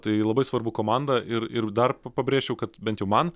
tai labai svarbu komanda ir ir dar pabrėšičiau kad bent jau man